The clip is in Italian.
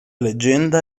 leggenda